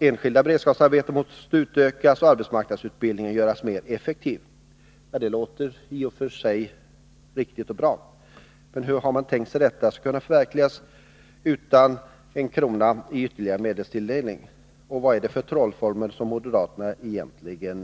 de enskilda beredskapsarbetena måste utökas och arbetsmarknadsutbildningen göras mer effektiv. Det låter ju i och för sig bra. Men hur har man tänkt sig att detta skall kunna förverkligas utan en enda krona i ytterligare medelstilldelning? Vad är det egentligen för trollformel som moderaterna leker med?